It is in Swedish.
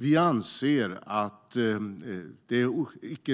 Vi anser att det inte